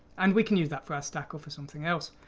and we can use that for our stack, or for something else.